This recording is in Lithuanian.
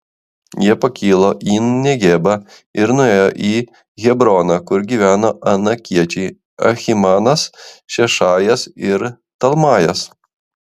jie pakilo į negebą ir nuėjo į hebroną kur gyveno anakiečiai ahimanas šešajas ir talmajas